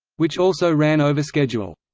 which also ran over schedule.